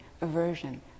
aversion